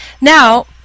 Now